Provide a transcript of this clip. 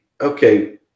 okay